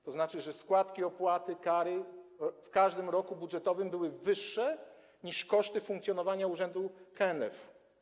To znaczy, że składki, opłaty, kary w każdym roku budżetowym były wyższe niż koszty funkcjonowania urzędu KNF.